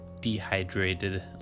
Dehydrated